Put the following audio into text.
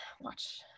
watch